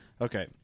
Okay